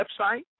website